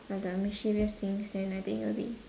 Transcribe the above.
all the mischievous things then I think it will be